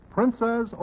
Princess